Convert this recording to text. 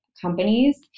companies